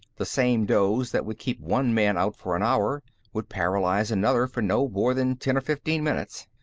the same dose that would keep one man out for an hour would paralyze another for no more than ten or fifteen minutes.